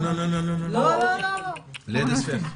29 באוגוסט,